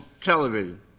television